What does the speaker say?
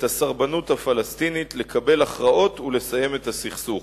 הסרבנות הפלסטינית לקבל הכרעות ולסיים את הסכסוך.